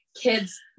kids